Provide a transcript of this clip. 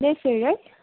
Mayfair है